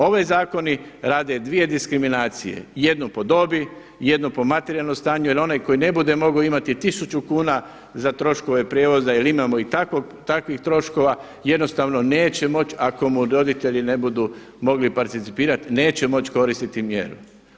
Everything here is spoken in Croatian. Ovi zakoni rade dvije diskriminacije, jednu po dobi, jednu po materijalnom stanju jel onaj koji ne bude mogao imati tisuću kuna za troškove prijevoza jel imamo i takvih troškova jednostavno neće moći ako mu roditelji ne budu mogli participirati, neće moći koristiti mjeru.